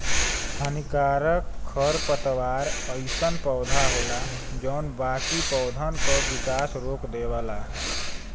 हानिकारक खरपतवार अइसन पौधा होला जौन बाकी पौधन क विकास रोक देवला